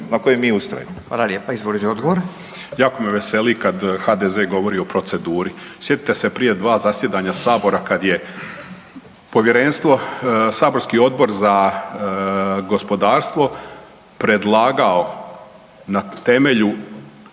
**Vrkljan, Milan (Nezavisni)** Jako me veseli kad HDZ govori o proceduri. Sjetite se prije 2 zasjedanja sabora kad je povjerenstvo, saborski odbor za gospodarstvo predlagao na temelju